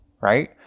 right